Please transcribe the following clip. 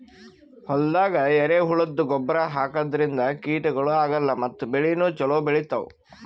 ಹೊಲ್ದಾಗ ಎರೆಹುಳದ್ದು ಗೊಬ್ಬರ್ ಹಾಕದ್ರಿನ್ದ ಕೀಟಗಳು ಆಗಲ್ಲ ಮತ್ತ್ ಬೆಳಿನೂ ಛಲೋ ಬೆಳಿತಾವ್